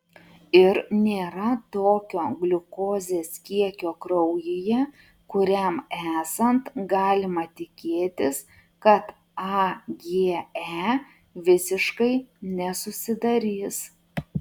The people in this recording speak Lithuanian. ir nėra tokio gliukozės kiekio kraujyje kuriam esant galima tikėtis kad age visiškai nesusidarys